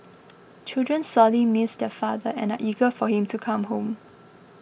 children sorely miss their father and eager for him to come home